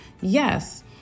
Yes